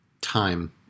time